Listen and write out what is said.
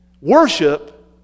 Worship